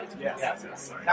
Yes